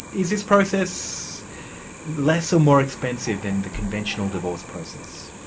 is this process less or more expensive than the conventional divorce process?